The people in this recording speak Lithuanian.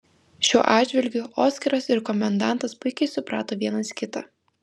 šiuo atžvilgiu oskaras ir komendantas puikiai suprato vienas kitą